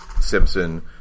Simpson